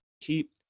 keep